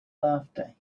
birthday